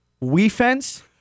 We-fence